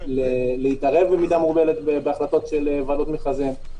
להתערב במידה מוגבלת בהחלטות של ועדות מכרזים.